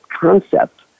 concept